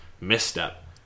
misstep